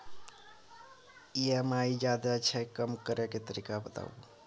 EMI ज्यादा छै कम करै के तरीका बताबू?